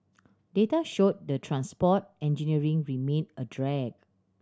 data showed the transport engineering remained a drag